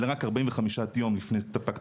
אלא רק 45 יום לפני פג תוקף.